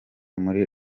muri